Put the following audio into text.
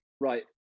Right